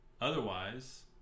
otherwise